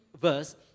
verse